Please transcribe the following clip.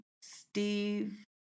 Steve